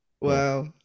wow